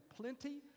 plenty